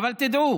אבל תדעו